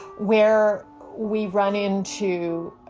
where we run in to